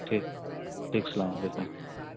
ٹھیک ٹھیک السلام علیکم